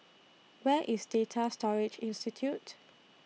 Where IS Data Storage Institute